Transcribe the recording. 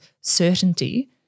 certainty